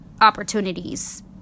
opportunities